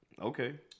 Okay